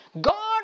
God